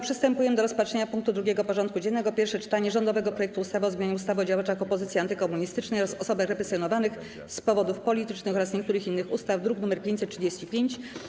Przystępujemy do rozpatrzenia punktu 2. porządku dziennego: Pierwsze czytanie rządowego projektu ustawy o zmianie ustawy o działaczach opozycji antykomunistycznej oraz osobach represjonowanych z powodów politycznych oraz niektórych innych ustaw (druk nr 535)